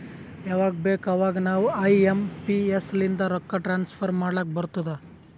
ಯವಾಗ್ ಬೇಕ್ ಅವಾಗ ನಾವ್ ಐ ಎಂ ಪಿ ಎಸ್ ಲಿಂದ ರೊಕ್ಕಾ ಟ್ರಾನ್ಸಫರ್ ಮಾಡ್ಲಾಕ್ ಬರ್ತುದ್